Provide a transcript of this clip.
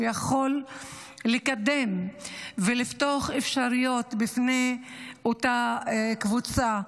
שיכול לקדם ולפתוח אפשרויות בפני אותה קבוצה,